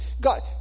God